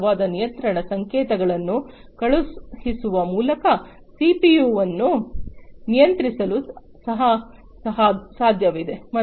ಸೂಕ್ತವಾದ ನಿಯಂತ್ರಣ ಸಂಕೇತಗಳನ್ನು ಕಳುಹಿಸುವ ಮೂಲಕ ಸಿಪಿಯುಗಳನ್ನು ನಿಯಂತ್ರಿಸಲು ಸಹ ಸಾಧ್ಯವಿದೆ